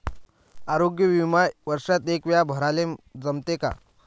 आरोग्य बिमा वर्षात एकवेळा भराले जमते का?